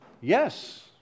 Yes